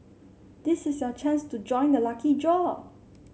this is your chance to join the lucky draw